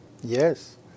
Yes